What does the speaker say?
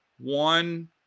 one